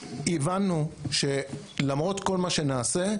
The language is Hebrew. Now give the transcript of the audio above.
הבנו שלמרות כל מה שנעשה,